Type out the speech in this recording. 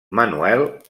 manuel